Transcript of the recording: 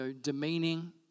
demeaning